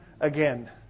again